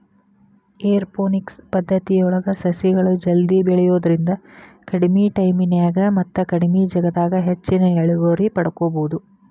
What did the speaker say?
aeroponics ಪದ್ದತಿಯೊಳಗ ಸಸಿಗಳು ಜಲ್ದಿ ಬೆಳಿಯೋದ್ರಿಂದ ಕಡಿಮಿ ಟೈಮಿನ್ಯಾಗ ಮತ್ತ ಕಡಿಮಿ ಜಗದಾಗ ಹೆಚ್ಚಿನ ಇಳುವರಿ ಪಡ್ಕೋಬೋದು